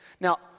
Now